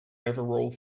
overall